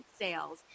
sales